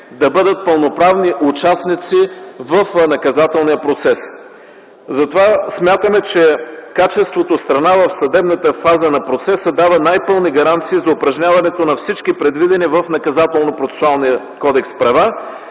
да бъдат пълноправни участници в наказателния процес. Затова смятаме, че качеството страна в съдебната фаза на процеса дава най-пълни гаранции за упражняването на всички предвидени в